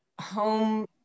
home